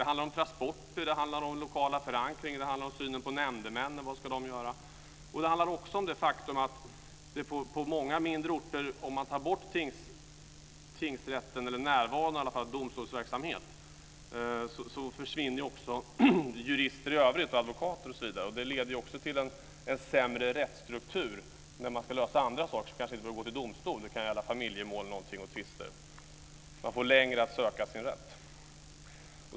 Det handlar om transporter, den lokala förankringen, synen på nämndemännen och vad de ska göra. Det handlar också om det faktum att om man på många mindre orter tar bort tingsrätten, eller i varje fall närvaron av domstolsverksamhet, försvinner också jurister i övrigt, advokater, osv. Det leder till en sämre rättsstruktur när man ska lösa andra saker som kanske inte behöver gå till domstol. Det kan gälla familjemål och tvister. Man får åka längre för att söka sin rätt.